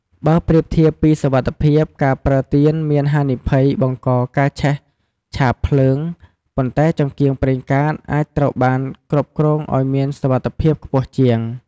បើប្រៀបធៀបពីសុវត្ថិភាព ការប្រើទៀនមានហានិភ័យបង្កការឆេះឆាបភ្លើង ប៉ុន្តែចង្កៀងប្រេងកាតអាចត្រូវបានគ្រប់គ្រងឱ្យមានសុវត្ថិភាពខ្ពស់ជាង។